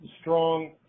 strong